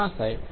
હા સાહેબ